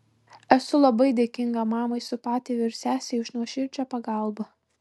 esu labai dėkinga mamai su patėviu ir sesei už nuoširdžią pagalbą